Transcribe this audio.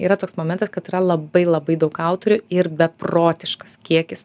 yra toks momentas kad yra labai labai daug autorių ir beprotiškas kiekis